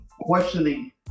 Questioning